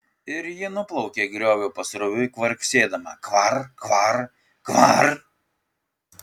ir ji nuplaukė grioviu pasroviui kvarksėdama kvar kvar kvar